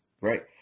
right